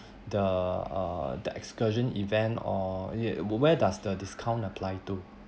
the uh the excursion event or where does the discount apply to